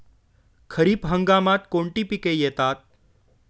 खरीप हंगामात कोणती पिके येतात?